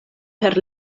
per